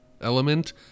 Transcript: element